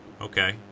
Okay